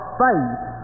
faith